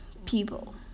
people